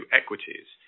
equities